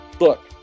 look